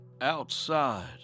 Outside